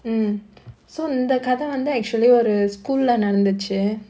mm so இந்த கத வந்து:intha kadha vanthu actually ஒரு:oru school lah நடந்துச்சு:nadanthuchu chair